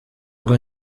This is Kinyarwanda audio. bwo